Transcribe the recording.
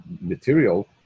material